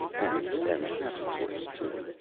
and am a happy horse, too,